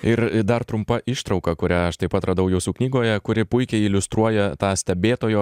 ir dar trumpa ištrauka kurią aš taip pat radau jūsų knygoje kuri puikiai iliustruoja tą stebėtojo